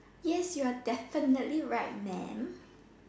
yes you're definitely right mam